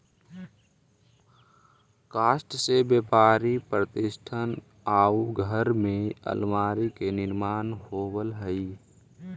काष्ठ से व्यापारिक प्रतिष्ठान आउ घर में अल्मीरा के निर्माण होवऽ हई